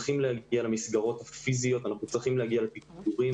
ואני מתכבד לפתוח את ישיבת ועדת העבודה,